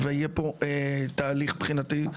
ויהיה פה תהליך מבחינתי,